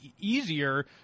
easier